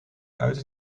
uit